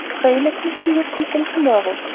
pray let me see you feed them tomorrow.